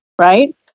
right